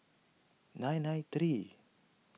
nine nine three